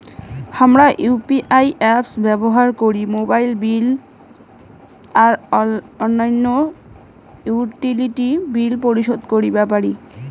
হামরা UPI apps ব্যবহার করি মোবাইল বিল আর অইন্যান্য ইউটিলিটি বিল পরিশোধ করিবা পারি